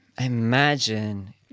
Imagine